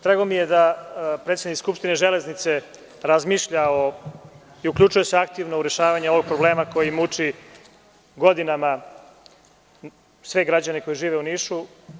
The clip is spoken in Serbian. Drago mi je da predsednik skupštine želenice razmišlja i uključuje se aktivno u rešavanje ovog problema koji muči godinama sve građane koji žive u Nišu.